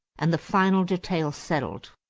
and the final details settled.